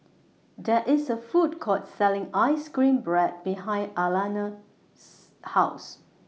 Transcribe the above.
There IS A Food Court Selling Ice Cream Bread behind Alanna's House